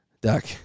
duck